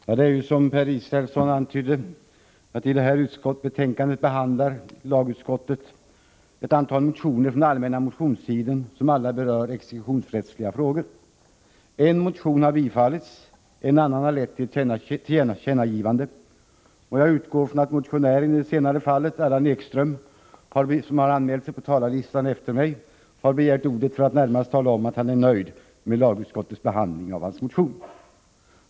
Herr talman! Som Per Israelsson antydde behandlar lagutskottet i detta betänkande ett antal motioner från allmänna motionstiden som alla berör exekutionsrättsliga frågor. En motion har tillstyrkts, en annan har lett till tillkännagivande. Jag utgår från att motionären i det senare fallet, Allan Ekström, som har anmält sig på talarlistan efter mig, har begärt ordet närmast för att tala om att han är nöjd med lagutskottets behandling av hans motion.